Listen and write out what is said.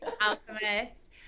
Alchemist